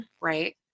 right